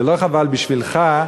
זה לא חבל בשבילך,